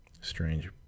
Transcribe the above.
Strange